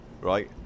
right